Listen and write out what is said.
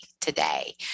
today